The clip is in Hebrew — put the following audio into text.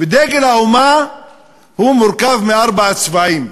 ודגל האומה מורכב מארבעה צבעים: